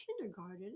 kindergarten